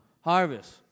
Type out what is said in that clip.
Harvest